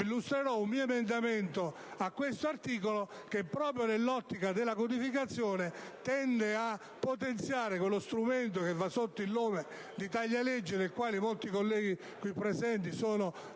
illustrerò un emendamento da me presentato a questo articolo che, proprio nell'ottica della codificazione, tende a potenziare lo strumento che va sotto il nome di "taglia-leggi" (che - molti colleghi presenti sono